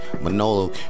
Manolo